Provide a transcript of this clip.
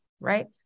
right